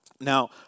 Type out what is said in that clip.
Now